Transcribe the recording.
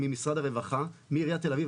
ממשרד הרווחה של עיריית תל אביב,